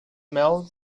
mel